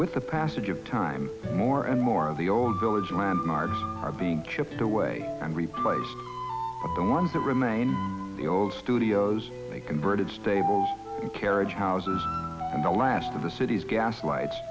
with the passage of time more and more of the old village man marks are being chipped away and replaced the ones that remain in the old studios a converted stable carriage houses and the last of the city's gas lights